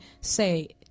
say